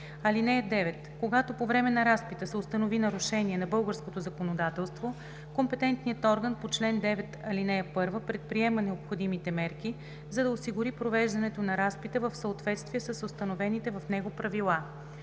език. (9) Когато по време на разпита се установи нарушение на българското законодателство, компетентният орган по чл. 9, ал. 1 предприема необходимите мерки, за да осигури провеждането на разпита в съответствие с установените в него правила.